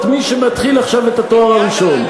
מי שמתחיל עכשיו את התואר הראשון.